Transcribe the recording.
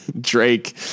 Drake